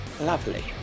lovely